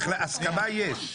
הסכמה יש.